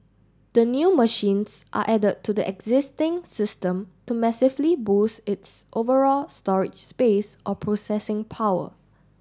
the new machines are added to the existing system to massively boost its overall storage space or processing power